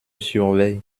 surveillent